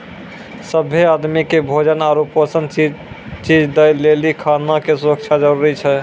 सभ्भे आदमी के भोजन आरु पोषक चीज दय लेली खाना के सुरक्षा जरूरी छै